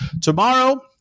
tomorrow